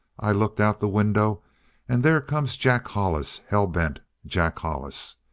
i look out the window and there comes jack hollis, hellbent! jack hollis!